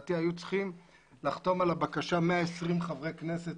לדעתי היו צריכים לחתום על הבקשה 120 חברי כנסת,